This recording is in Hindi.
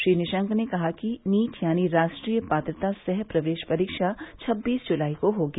श्री निशंक ने कहा कि नीट यानी राष्ट्रीय पात्रता सह प्रवेश परीक्षा छब्बीस जुलाई को होगी